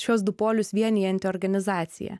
šiuos du polius vienijanti organizacija